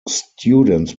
students